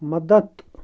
مدتھ